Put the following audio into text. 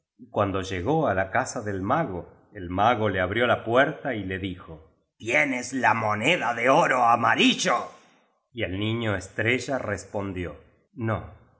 cuando llegó á la casa del mago el mago le abrió la puerta y le dijo tienes la moneda de oro amarillo y el niño estrella respondióno